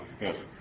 Yes